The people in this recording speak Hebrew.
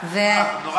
בעד.